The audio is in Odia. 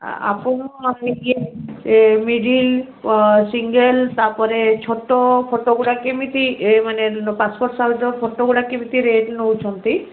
ଆପଣ ଇଏ ମିଡ଼ିଲ୍ ସିଙ୍ଗଲ୍ ତା'ପରେ ଛୋଟ ଫଟୋ ଗୁଡ଼ା କେମିତି ଏ ମାନେ ପାସପୋର୍ଟ ସାଉଜ୍ର ଫଟୋ ଗୁଡ଼ା କେମିତି ରେଟ୍ ନଉଛନ୍ତି